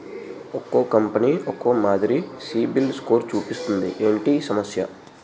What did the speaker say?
ఒక్కో కంపెనీ ఒక్కో మాదిరి సిబిల్ స్కోర్ చూపిస్తుంది ఏంటి ఈ సమస్య?